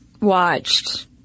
watched